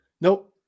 Nope